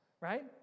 right